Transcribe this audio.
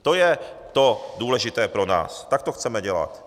To je to důležité pro nás, tak to chceme dělat.